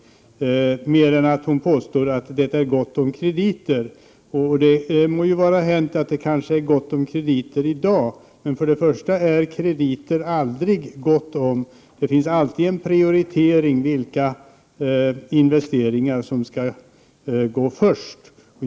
Hon påstår att det är gott om krediter. Det må vara hänt att det är gott om krediter i dag, men krediter är det aldrig gott om — det finns alltid en prioritering av vilka investeringar som skall gå först.